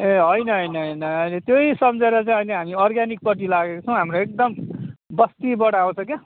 ए होइन होइन होइन अहिले त्यही सम्झेर चाहिँ अहिले हामी अर्ग्यानिकपट्टि लागेको छौँ हाम्रो एकदम बस्तीबाट आउँछ क्या